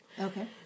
Okay